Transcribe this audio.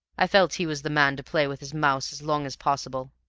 i felt he was the man to play with his mouse as long as possible.